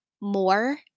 more